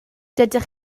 dydych